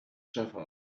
shepherd